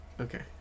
Okay